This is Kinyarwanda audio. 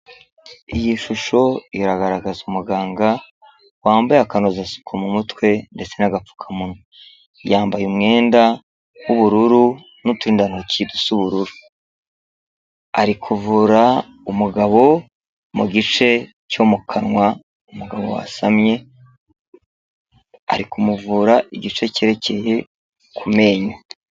Iyi shusho iragaragaza umuganga wambaye akanozasuku mu mutwe ndetse n'agapfukamunwa, yambaye umwenda w'ubururu n'uturindantoki dusa ubururu, ari kuvura umugabo mu gice cyo mu kanwa, umugabo wasamye ari kumuvura igice kerekeye ku menyo.